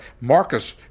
marcus